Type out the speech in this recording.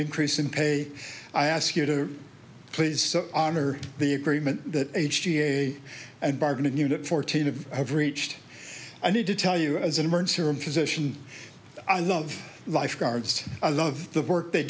increase in pay i ask you to please so honor the agreement that h g a and bargaining unit fourteen of have reached i need to tell you as an emergency room physician i love lifeguards i love the work they